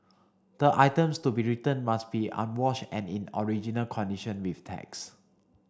the items to be returned must be unwashed and in original condition with tags